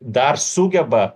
dar sugeba